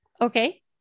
Okay